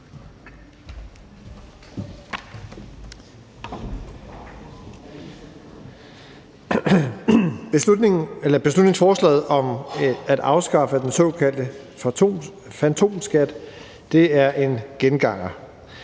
Beslutningsforslaget om at afskaffe den såkaldte fantomskat er en genganger.